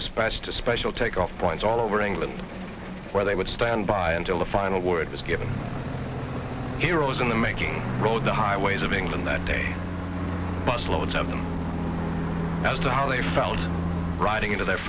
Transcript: dispatched to special takeoff points all over england where they would stand by until the final word was given heroes in the making rode the highways of england that day bus loads of them as to how they found riding into their